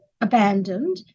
abandoned